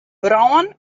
brân